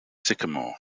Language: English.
sycamore